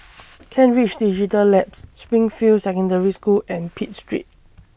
Kent Ridge Digital Labs Springfield Secondary School and Pitt Street